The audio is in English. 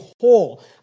whole